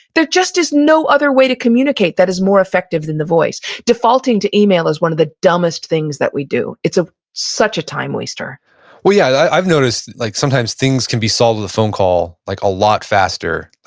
there just is no other way to communicate that is more effective than the voice. defaulting to email is one of the dumbest things that we do. it's ah such a time waster yeah i've noticed like sometimes, things can be solved with a phone call like a lot faster.